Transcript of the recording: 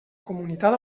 comunitat